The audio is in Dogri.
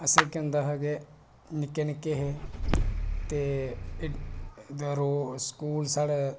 असें केह् होंदा हा कि निक्के निक्के हे ते इक बार ओह् स्कूल साढ़े